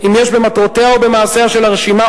אם יש במטרותיה או במעשיה של הרשימה,